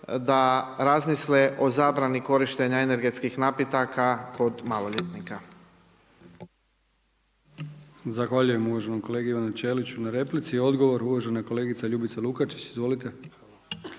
da razmisle o zabrani korištenja energetskih napitaka kod maloljetnika.